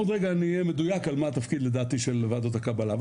עוד רגע אני אהיה מדויק על מה התפקיד לדעתי של ועדות הקבלה,